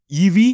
EV